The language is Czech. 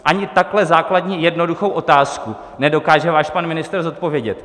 Ani takhle základní jednoduchou otázku nedokáže váš pan ministr zodpovědět.